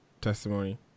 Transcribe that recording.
testimony